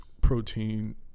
protein